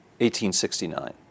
1869